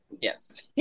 Yes